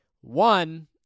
One